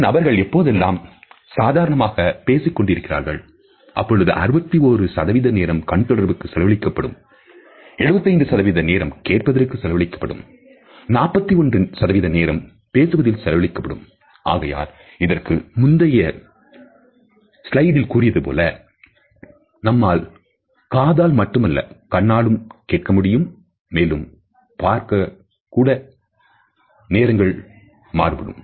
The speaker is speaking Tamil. இரு நபர்கள் எப்பொழுதெல்லாம் சாதாரணமாக பேசிக் கொண்டிருக்கிறார்கள் அப்பொழுது 61நேரம் கண்தொடர்புக்கு செலவழிக்கப்படும் 75 நேரம் கேட்பதற்கு செலவழிக்கப்படும் 41நேரம் பேசுவதில் செலவழிக்கப்படும் ஆகையால் இதற்கு முந்தைய ஸ்லைடில் கூறியதுபோல நம்மால் காதல் மட்டுமல்ல கண்ணாலும் கேட்கமுடியும் மேலும் பார்க்கக்கூடிய நேரங்கள் மாறுபடும்